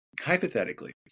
hypothetically